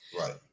Right